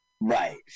Right